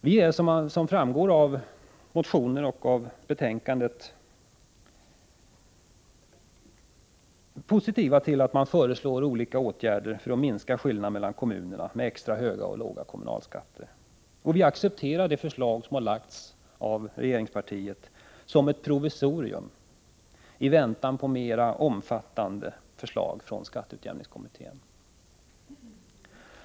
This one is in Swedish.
Vi är, som framgår av våra motioner och av betänkandet, positiva till att man föreslår olika åtgärder för att minska skillnaden mellan kommuner med extra höga och låga kommunalskatter. Vi accepterar det förslag som har lagts fram av regeringspartiet såsom ett provisorium, i väntan på mera omfattande förslag från skatteutjämningskommittén.